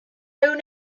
own